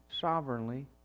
sovereignly